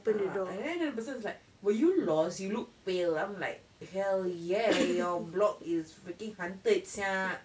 (uh huh) and then the person is like were you lost you look pale I'm hell ya your block is freaking haunted sia